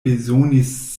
bezonis